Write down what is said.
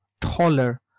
taller